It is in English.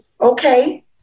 Okay